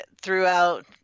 throughout